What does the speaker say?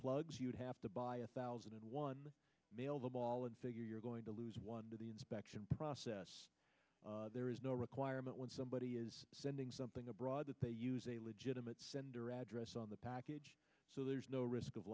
plugs you'd have to buy a thousand and one mail the ball and figure you're going to lose one to the inspection process there is no requirement when somebody is sending something abroad that they use a legitimate sender address on the package so there's no risk of